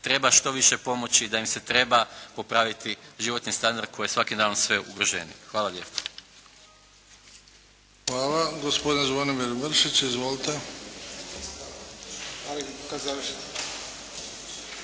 treba što više pomoći, da im se treba popraviti životni standard koji je svakim danom sve ugroženiji. Hvala lijepa. **Bebić, Luka (HDZ)** Hvala. Gospodin Zvonimir Mršić. Izvolite.